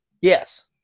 yes